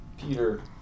Peter